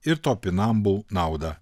ir topinambų naudą